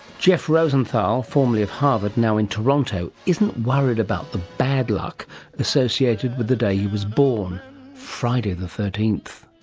jeff rosenthal, formally of harvard, now in toronto, isn't worried about the bad luck associated with the day he was born friday the thirteenth.